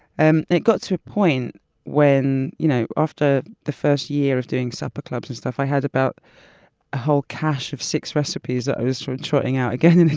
and it got to a point when you know after the first year of doing supper clubs and stuff, i had a whole cache of six recipes that i was trotting out again and